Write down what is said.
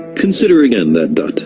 consider again that dot.